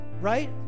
right